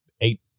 eight